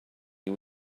you